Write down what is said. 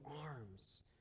arms